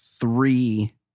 three